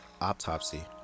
autopsy